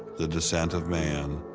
the descent of man,